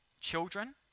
children